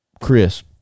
Chris